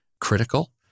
critical